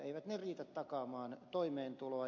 eivät ne riitä takaamaan toimeentuloa